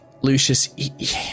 Lucius